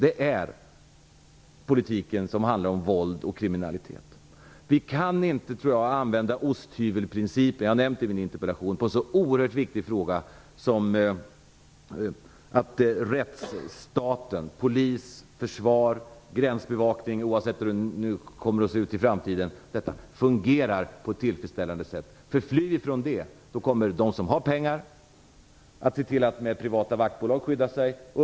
Det är politiken som handlar om våld och kriminalitet. Jag har nämnt i min interpellation att vi inte kan använda osthyvelsprincipen i en så oerhört viktig fråga som den som gäller att rättsstaten, polis, försvar, gränsbevakning - oavsett hur gränsen kommer att se ut i framtiden - fungerar på ett tillfredsställande sätt. Flyr vi från detta kommer de som har pengar att se till att med privata vaktbolag skydda sig.